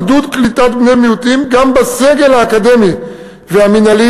עידוד קליטת בני מיעוטים גם בסגל האקדמי והמינהלי